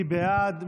מי בעד?